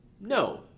No